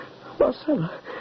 Marcella